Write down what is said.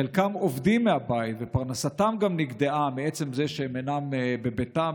חלקם עובדים מהבית ופרנסתם גם נגדעה מעצם זה שהם אינם בביתם.